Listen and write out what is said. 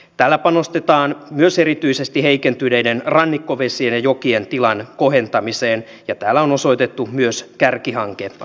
tällä panostetaan myös erityisesti heikentyneiden rannikkovesien ja jokien tilan kohentamiseen ja täällä on osoitettu myös kärkihankerahaa tähän